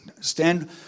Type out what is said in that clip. Stand